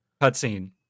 cutscene